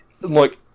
Look